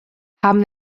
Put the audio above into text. haben